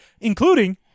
including